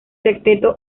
sexteto